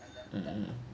mm